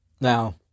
Now